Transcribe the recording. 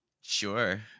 Sure